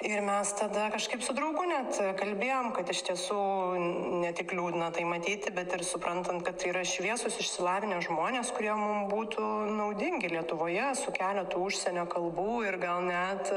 ir mes tada kažkaip su draugu net kalbėjom kad iš tiesų ne tik liūdna tai matyti bet ir suprantam kad yra šviesūs išsilavinę žmonės kurie mum būtų naudingi lietuvoje su keletu užsienio kalbų ir gal net